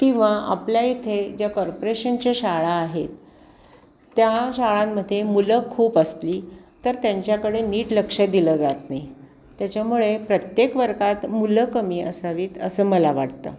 किंवा आपल्या इथे ज्या कॉर्पोरेशनच्या शाळा आहेत त्या शाळांमध्ये मुलं खूप असली तर त्यांच्याकडे नीट लक्ष दिलं जात नाही त्याच्यामुळे प्रत्येक वर्गात मुलं कमी असावीत असं मला वाटतं